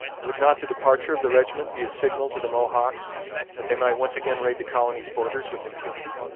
would not the departure of the regiment be a signal to the mohawks that they might once again raid the colony's borders with impunity?